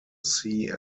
sea